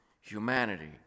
humanity